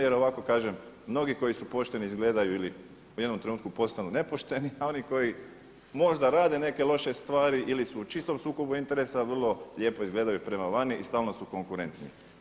Jer ovako kažem, mnogi moji su pošteni izgledaju ili u jednom trenutku postanu nepošteni, a oni koji možda rade neke loše stvari ili su u čistom sukobu interesa vrlo lijepo izgledaju prema vani i stalno su konkurentni.